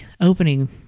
opening